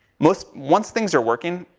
most, once things are working.